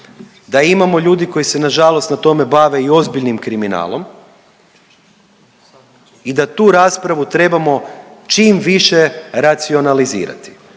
Da imamo ljudi koji se na žalost na tome bave i ozbiljnim kriminalom i da tu raspravu trebamo čim više racionalizirati.